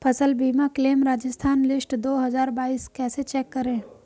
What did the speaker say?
फसल बीमा claim Rajasthan list दो हज़ार बाईस कैसे चेक करें?